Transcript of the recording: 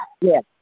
Yes